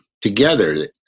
together